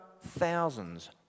thousands